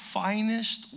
finest